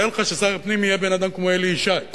תאר לך ששר הפנים יהיה בן-אדם כמו אלי ישי.